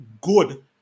good